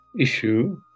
issue